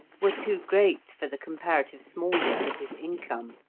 were too great for the comparative smallness of his income.